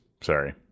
Sorry